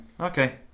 okay